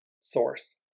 Source